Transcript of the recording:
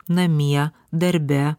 namie darbe